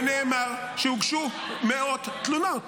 ונאמר שהוגשו מאות תלונות.